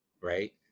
right